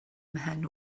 mhen